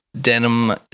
denim